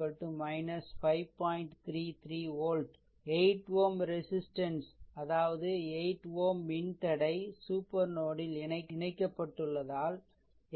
33 volt 8 Ω resistance அதாவது 8 Ω மின்தடை super node ல் இணைக்கப்பட்டுள்ளதால்